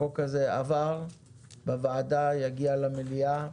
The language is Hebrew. החוק הזה עבר בוועדה, יגיע למליאה.